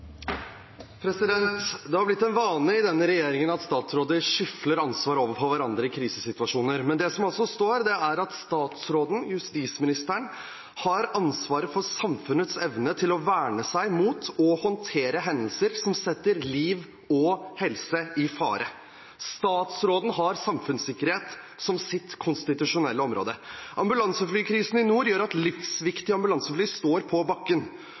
oppfølgingsspørsmål. Det har blitt en vane i denne regjeringen at statsråder skyver ansvar over på hverandre i krisesituasjoner, men det som står, er at statsråden, justisministeren, har ansvaret for samfunnets evne til å verne seg mot og håndtere hendelser som setter liv og helse i fare. Statsråden har samfunnssikkerhet som sitt konstitusjonelle område. Ambulanseflykrisen i nord gjør at livsviktige ambulansefly står på bakken,